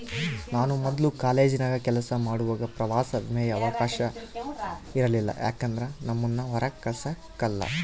ನಾನು ಮೊದ್ಲು ಕಾಲೇಜಿನಾಗ ಕೆಲಸ ಮಾಡುವಾಗ ಪ್ರವಾಸ ವಿಮೆಯ ಅವಕಾಶವ ಇರಲಿಲ್ಲ ಯಾಕಂದ್ರ ನಮ್ಮುನ್ನ ಹೊರಾಕ ಕಳಸಕಲ್ಲ